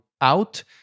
out